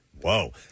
Whoa